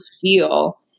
feel